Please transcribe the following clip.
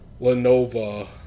Lenovo